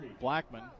Blackman